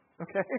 Okay